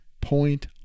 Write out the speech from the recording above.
point